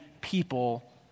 people